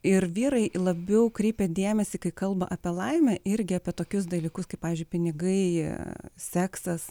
ir vyrai labiau kreipia dėmesį kai kalba apie laimę irgi apie tokius dalykus kaip pavyzdžiui pinigai seksas